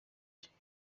cyera